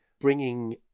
bringing